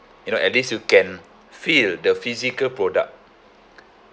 you know at least you can feel the physical product